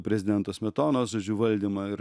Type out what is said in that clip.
prezidento smetonos valdymą ir